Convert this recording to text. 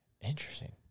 Interesting